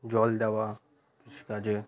জল দেওয়া কৃষিকাজে